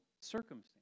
circumstance